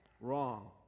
Wrong